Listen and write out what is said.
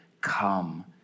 come